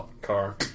car